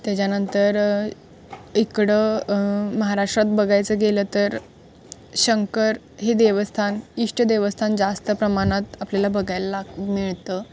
त्याच्यानंतर इकडं महाराष्ट्रात बघायचं गेलं तर शंकर हे देवस्थान इष्ट देवस्थान जास्त प्रमाणात आपल्याला बघायला मिळतं